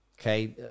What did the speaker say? Okay